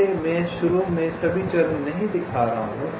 वैसे मैं शुरू में सभी चरण नहीं दिखा रहा हूँ